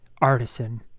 Artisan